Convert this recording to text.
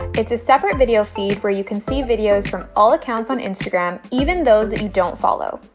it's a separate video feed where you can see videos from all accounts on instagram, even though that you don't follow.